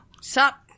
Sup